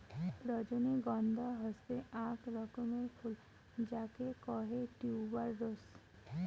রজনীগন্ধা হসে আক রকমের ফুল যাকে কহে টিউবার রোস